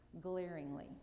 glaringly